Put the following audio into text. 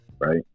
right